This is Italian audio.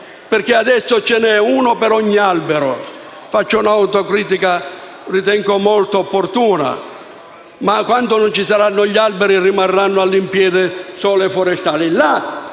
perché adesso ce n'è uno per ogni albero - faccio un'autocritica, che ritengo molto opportuna - e quando non ci saranno gli alberi, rimarranno solo i forestali.